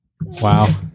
Wow